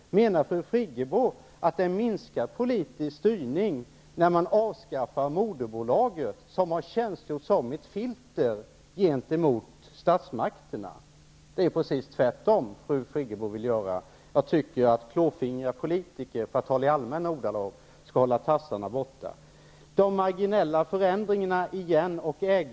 Menar fru Friggebo att det är minskad politisk styrning när man avskaffar moderbolaget, som har tjänstgjort som ett filter gentemot statsmakterna? Det är precis tvärtom fru Friggebo vill göra. Jag tycker att klåfingriga politiker, för att tala i allmänna ordalag, skall hålla tassarna borta.